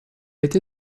été